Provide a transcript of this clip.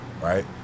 right